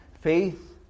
Faith